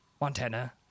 Montana